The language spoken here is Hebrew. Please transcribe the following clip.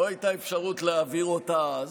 לא הייתה אפשרות להעביר אותה אז.